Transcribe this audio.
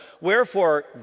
wherefore